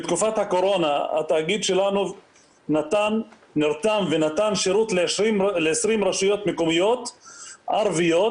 בתקופת הקורונה התאגיד שלנו נרתם ונתן שירות ל-20 רשויות מקומיות ערביות